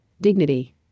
Dignity